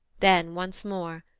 then once more,